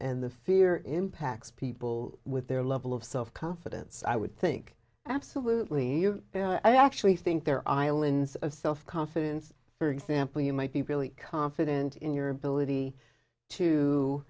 and the fear impacts people with their level of self confidence i would think absolutely i actually think they're islands of self confidence for example you might be really confident in your ability to